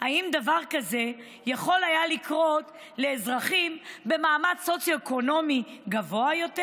האם דבר כזה יכול היה לקרות לאזרחים במעמד סוציו-אקונומי גבוה יותר?